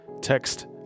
text